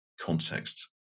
contexts